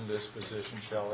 disposition shell